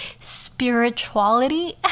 spirituality